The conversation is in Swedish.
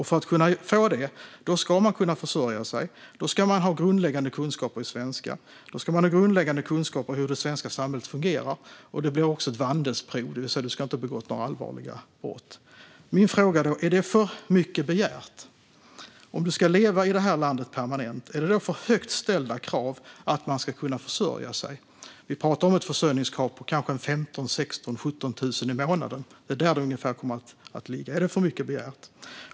För att kunna få det ska man kunna försörja sig och ha grundläggande kunskaper i svenska och grundläggande kunskaper om hur det svenska samhället fungerar. Det blir även ett vandelsprov, det vill säga man ska inte ha begått några allvarliga brott. Är det för mycket begärt? Är det för högt ställda krav om man ska leva i detta land permanent att man ska kunna försörja sig? Vi talar om ett försörjningskrav på 15 000, 16 000 eller 17 000 kronor i månaden. Det är ungefär där det kommer att ligga. Är detta för mycket begärt?